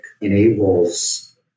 enables